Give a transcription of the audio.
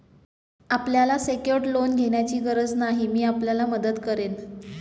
आपल्याला secured loan घेण्याची गरज नाही, मी आपल्याला मदत करेन